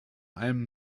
allem